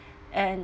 and